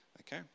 Okay